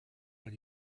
what